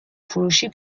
فروشی